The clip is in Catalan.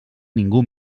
ningú